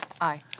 Aye